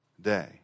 Day